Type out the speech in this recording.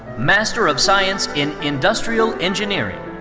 master of science in industrial engineering.